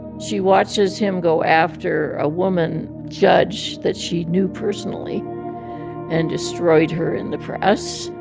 she watches him go after a woman judge that she knew personally and destroyed her in the press.